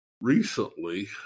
recently